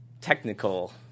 technical